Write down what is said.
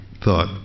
thought